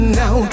now